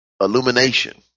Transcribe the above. illumination